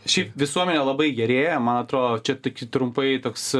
šiaip visuomenė labai gerėja man atrodo čia tik trumpai toks